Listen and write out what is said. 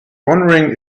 wondering